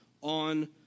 on